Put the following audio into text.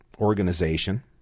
organization